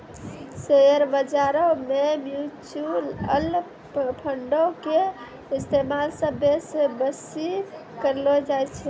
share बजारो मे mutual फंडो के इस्तेमाल सभ्भे से बेसी करलो जाय छै